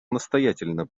настоятельно